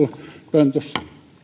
pöntössä olkaa